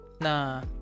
na